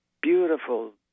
beautiful